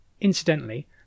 Incidentally